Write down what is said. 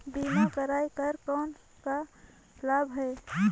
बीमा कराय कर कौन का लाभ है?